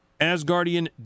Asgardian